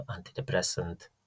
antidepressant